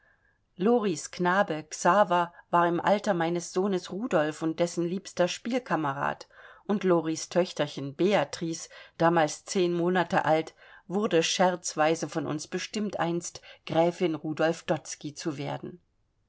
loris knabe xaver war im alter meines sohnes rudolf und dessen liebster spielkamerad und loris töchterchen beatrix damals zehn monate alt wurde scherzweise von uns bestimmt einst gräfin rudolf dotzky zu werden